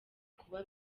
kuba